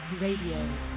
Radio